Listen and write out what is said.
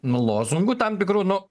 nu lozungų tam tikrų nu